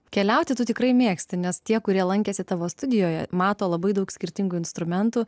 keliauti tu tikrai mėgsti nes tie kurie lankėsi tavo studijoje mato labai daug skirtingų instrumentų